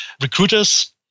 recruiters